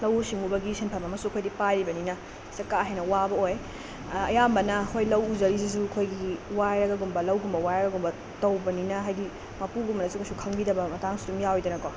ꯂꯧꯎ ꯁꯤꯡꯎꯕꯒꯤ ꯁꯤꯟꯐꯝ ꯑꯃꯁꯨ ꯑꯩꯈꯣꯏꯗꯤ ꯄꯥꯏꯔꯤꯕꯅꯤꯅ ꯁꯤꯗ ꯀꯥ ꯍꯦꯟꯅ ꯋꯥꯕ ꯑꯣꯏ ꯑꯌꯥꯝꯕꯅ ꯑꯩꯈꯣꯏ ꯂꯧ ꯎꯖꯔꯤꯁꯤꯁꯨ ꯑꯩꯈꯣꯏꯒꯤ ꯋꯥꯏꯔꯒꯒꯨꯝꯕ ꯂꯧꯒꯨꯝꯕ ꯋꯥꯏꯔꯒꯨꯝꯕ ꯇꯧꯕꯅꯤꯅ ꯍꯥꯏꯗꯤ ꯃꯄꯨꯒꯨꯝꯕꯅꯁꯨ ꯀꯩꯁꯨ ꯈꯪꯕꯤꯗꯕ ꯃꯇꯥꯡꯁꯨ ꯑꯗꯨꯝ ꯌꯥꯎꯏꯗꯅꯀꯣ